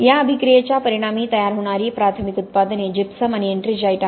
या अभिक्रियेच्या परिणामी तयार होणारी प्राथमिक उत्पादने जिप्सम आणि एट्रिंजाइट आहेत